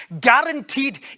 guaranteed